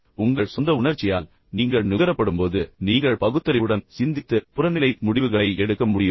உங்கள் சொந்த உணர்ச்சியால் நீங்கள் நுகரப்படும்போது நீங்கள் பகுத்தறிவுடன் சிந்தித்து புறநிலை முடிவுகளை எடுக்க முடியுமா